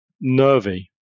nervy